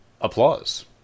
applause